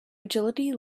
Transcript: agility